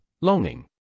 longing